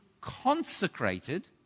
consecrated